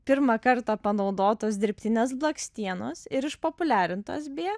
pirmą kartą panaudotos dirbtinės blakstienos ir išpopuliarintos beje